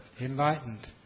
enlightened